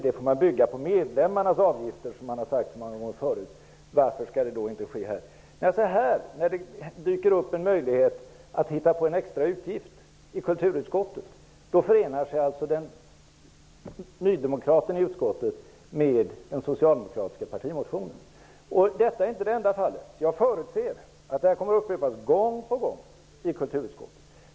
Han har många gånger förut sagt att man får bygga verksamheten på medlemmarnas avgifter. Varför skall det då inte ske här? När det dyker upp en möjlighet att hitta på en extra utgift i kulturutskottet ansluter sig nydemokraten i utskottet till den socialdemokratiska partimotionen. Detta är inte det enda fallet. Jag förutser att det kommer att upprepas gång på gång i kulturutskottet.